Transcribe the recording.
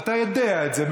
ואתה יודע את זה.